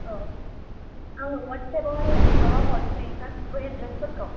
अ आं WhatsApp आवहाय माबा हरसै गासैबो एडड्रेस फोरखौ